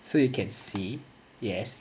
so you can see yes